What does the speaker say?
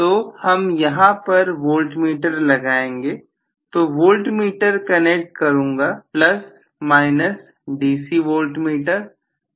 तो हम यहां पर वोल्ट मीटर लगाएंगे तो वोल्ट मीटर कनेक्ट करूंगा plus minus DC volt meter